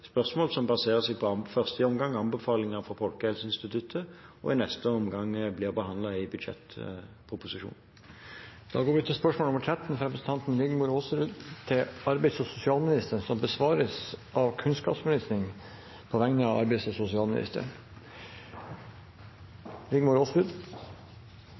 spørsmål som baserer seg på i første omgang anbefalinger fra Folkehelseinstituttet, og i neste omgang blir behandlet i budsjettproposisjonen. Dette spørsmålet til arbeids- og sosialministeren besvares av kunnskapsministeren på vegne av arbeids-